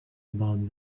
about